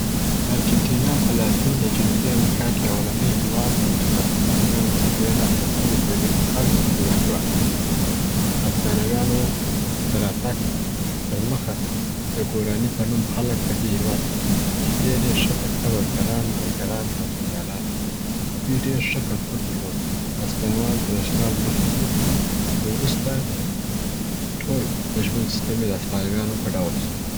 ارجنټینا په لاتین یا جنوبي امریکا کي اولنی هیواد و چې د هسپانویانو څخه یې د اتلسمي پیړۍ په سر کي خپلواکي واخیستل. د هسپانویانو د راتګ تر مخه د ګوراني په نوم خلګ په دې هیواد کي اوسیدل چي ډیری یې ښه تکړه بزګران، ماهیګران او جنګیالان وه. دوي ډير ښه کلتور درلودی د هسپانویانو تر اشغال مخکي خو وروسته ټول د ژوند سیسټم یې د هسپانویانو په ډول سو.